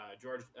George